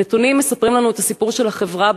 הנתונים מספרים לנו את הסיפור של החברה בישראל,